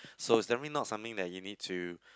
so is definite not something that you need to